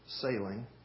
sailing